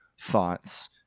thoughts